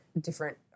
different